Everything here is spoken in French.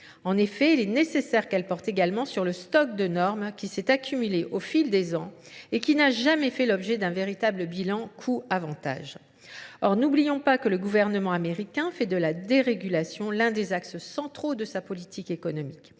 En effet, il est nécessaire qu'elle porte également sur le stock de normes qui s'est accumulé au fil des ans et qui n'a jamais fait l'objet d'un véritable bilan coût-avantage. Or, n'oublions pas que le gouvernement américain fait de la dérégulation l'un des axes centraux de sa politique économique.